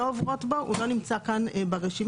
תיקון חוק8.בחוק העונשין,